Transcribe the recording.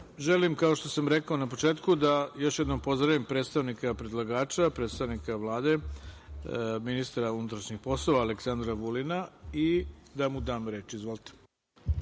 kao što sam rekao na početku, da još jednom pozdravim predstavnika predlagača, predstavnika Vlade, ministra unutrašnjih poslova Aleksandra Vulina i da mu dam reč. Izvolite.